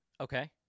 Okay